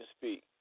speak